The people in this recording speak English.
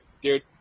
dude